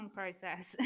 process